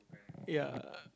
ya